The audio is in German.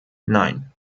nein